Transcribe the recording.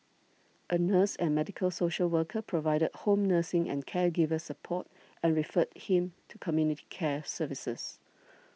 a nurse and medical social worker provided home nursing and caregiver support and referred him to community care services